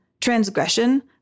transgression